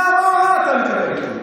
מה, מה אתה מקבל אותי?